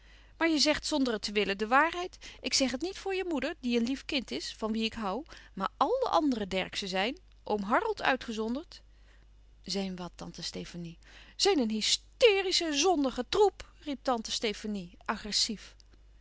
maar je zegt zonder het te willen de waarheid ik zeg het niet voor je moeder die een lief kind is van wie ik hoû maar al de andere derckszen zijn oom harold uitgezonderd zijn wat tante stefanie zijn een hysterische zondige troep riep tante stefanie agressief